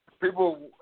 people